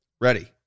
Ready